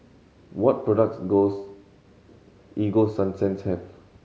what products Ego Sunsense have